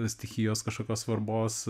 stichijos kažkokios svarbos